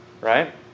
Right